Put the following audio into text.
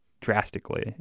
drastically